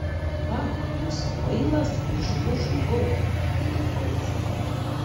ach jūs kvailas įžūlus žmogau pratrūko liza